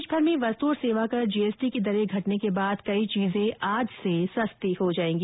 देशभर में वस्तु और सेवाकर जीएसटी की दरे घटने के बाद कई चीजें आज से सस्ती हो जायेगी